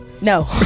no